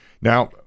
Now